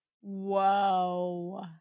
Whoa